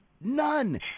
None